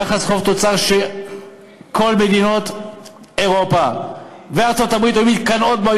יחס חוב תוצר שכל מדינות אירופה וארצות-הברית היו מתקנאות בו,